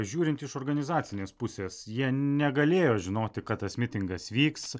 žiūrint iš organizacinės pusės jie negalėjo žinoti kad tas mitingas vyks